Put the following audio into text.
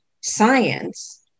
science